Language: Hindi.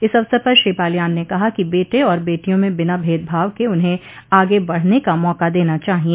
इस अवसर पर श्री बालियान ने कहा कि बेटे और बेटियों में बिना भेदभाव के उन्हें आगे बढने का मौका देना चाहिए